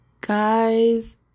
Guys